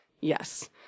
Yes